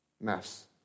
mess